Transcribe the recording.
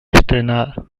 estrenada